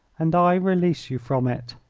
and i release you from it.